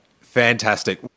Fantastic